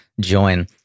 join